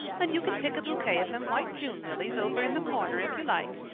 and you can pick a bouquet of them white june lilies over in the corner if you like.